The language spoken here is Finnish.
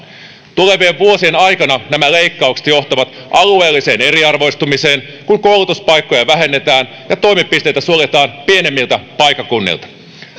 tulevien vuosien aikana nämä leikkaukset johtavat alueelliseen eriarvoistumiseen kun koulutuspaikkoja vähennetään ja toimipisteitä suljetaan pienemmiltä paikkakunnilta